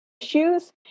issues